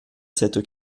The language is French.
cette